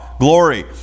glory